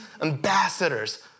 ambassadors